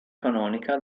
canonica